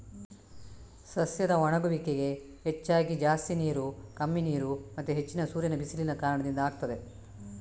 ಸಸ್ಯದ ಒಣಗುವಿಕೆಗೆ ಹೆಚ್ಚಾಗಿ ಜಾಸ್ತಿ ನೀರು, ಕಮ್ಮಿ ನೀರು ಮತ್ತೆ ಹೆಚ್ಚಿನ ಸೂರ್ಯನ ಬಿಸಿಲಿನ ಕಾರಣದಿಂದ ಆಗ್ತದೆ